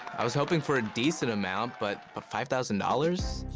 i was hoping for a decent amount, but but five thousand dollars?